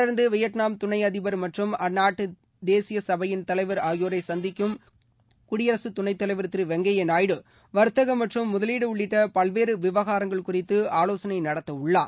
தொடர்ந்து வியட்நாம் துணை அதிபர் மற்றும் அந்நாட்டு தேசிய சபையின் தலைவர் ஆகியோரை சந்திக்கும் குடியரசு துணைத் தலைவர் திரு வெங்கைய நாயுடு வர்த்தகம் மற்றும் முதலீடு உள்ளிட்ட பல்வேறு விவகாரங்கள் குறித்து ஆலோசனை நடத்தவுள்ளார்